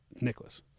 Nicholas